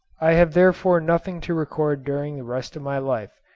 i have therefore nothing to record during the rest of my life,